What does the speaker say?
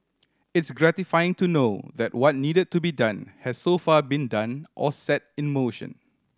it's gratifying to know that what needed to be done has so far been done or set in motion